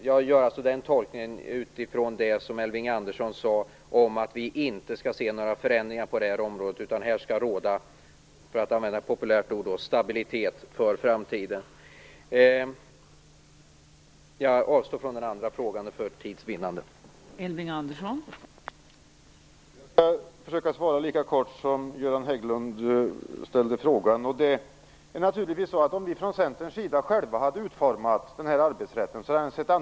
Jag gör min tolkning utifrån vad Elving Andersson sade om att vi inte skall se några förändringar på det här området, utan här skall råda - för att använda ett populärt ord - stabilitet för framtiden. För tids vinnande skall jag avstå från att ställa min andra fråga.